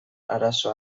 arazo